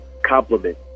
compliment